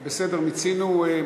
בסדר, מיצינו.